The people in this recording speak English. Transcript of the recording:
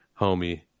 homie